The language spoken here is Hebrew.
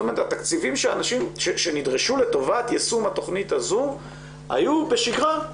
התקציבים שנדרשו לטובת יישום התכנית הזו היו בשגרה,